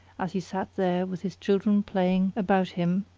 as he sat there with his children playing about him,